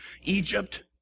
Egypt